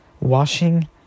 washing